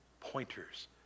pointers